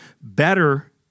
better